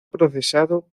procesado